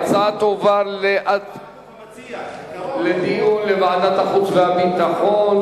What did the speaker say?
ההצעות תועברנה לדיון לוועדת החוץ והביטחון.